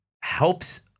helps